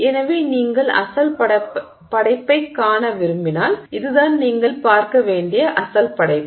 எனவே நீங்கள் அசல் படைப்பைக் காண விரும்பினால் இதுதான் நீங்கள் பார்க்க வேண்டிய அசல் படைப்பு